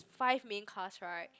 five main casts right